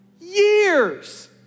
years